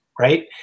right